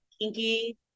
kinky